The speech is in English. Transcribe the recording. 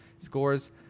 scores